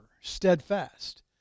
steadfast